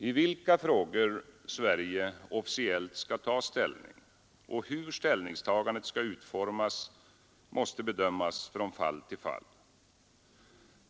I vilka frågor Sverige officiellt skall ta ställning och hur ställningstagandet skall utformas måste bedömas från fall till fall.